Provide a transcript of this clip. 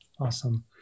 Awesome